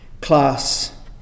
class